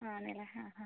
ആണ് അല്ലേ ഹാ ഹാ